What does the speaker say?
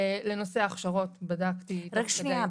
רק שנייה.